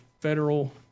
federal